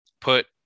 put